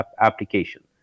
application